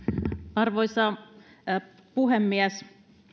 arvoisa puhemies